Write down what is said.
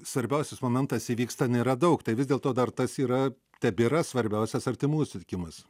svarbiausias momentas įvyksta nėra daug tai vis dėlto dar tas yra tebėra svarbiausias artimųjų sutikimas